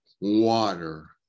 water